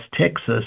Texas